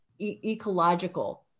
ecological